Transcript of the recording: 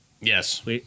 Yes